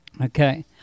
Okay